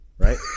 Right